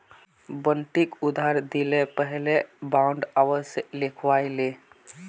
बंटिक उधार दि ल पहले बॉन्ड अवश्य लिखवइ ले